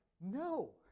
No